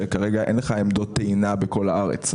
שכרגע אין לך עמדות טעינה בכל הארץ.